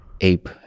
ape